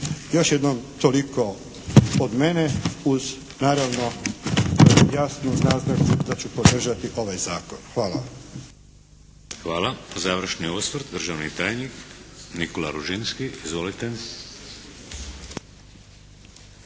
Još jednom toliko od mene uz naravno jasnu naznaku da ću podržati ovaj Zakon. Hvala vam. **Šeks, Vladimir (HDZ)** Hvala. Završni osvrt državni tajnik Nikola Ružinski. Izvolite.